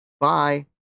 Bye